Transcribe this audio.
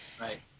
Right